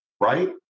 right